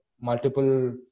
multiple